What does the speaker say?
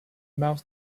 mouse